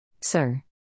Sir